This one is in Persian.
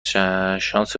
شانس